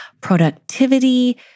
productivity